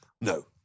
No